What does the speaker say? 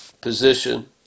position